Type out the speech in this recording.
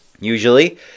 usually